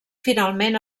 finalment